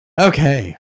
okay